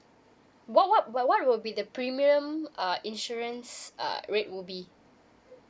what what what what will be the premium uh insurance uh rate would be